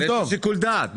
יש שיקול דעת.